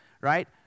right